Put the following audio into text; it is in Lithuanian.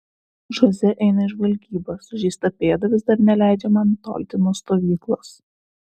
žoze eina į žvalgybą sužeista pėda vis dar neleidžia man nutolti nuo stovyklos